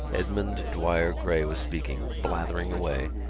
edmund dwyer gray was speaking, blathering away,